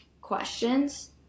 questions